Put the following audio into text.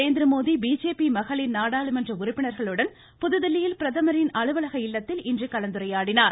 Narendra Modi BJP மகளிர் நாடாளுமன்ற உறுப்பினர்களுடன் புதுதில்லியில் பிரதமரின் அலுவலக இல்லத்தில் இன்று கலந்துரையாடினார்